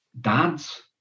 dads